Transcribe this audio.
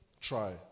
Try